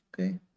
okay